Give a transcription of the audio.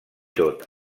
tot